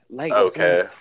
Okay